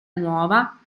nuova